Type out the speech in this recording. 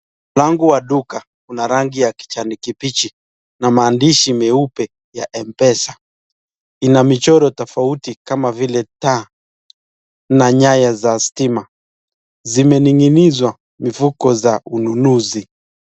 Mlango wa duka una rangi ya kijani kibichi na maandishi meupe ya M-PESA. Ina michoro tofauti kama vile taa na nyaya za stima. Zimening'inizwa mifuko za ununuzi.